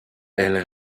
elle